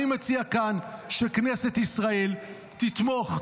אני מציע כאן שכנסת ישראל תתמוך,